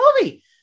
movie